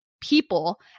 people